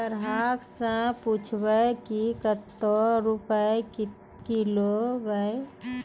ग्राहक से पूछब की कतो रुपिया किकलेब?